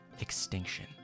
extinction